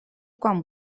quan